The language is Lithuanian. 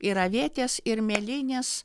ir avietės ir mėlynės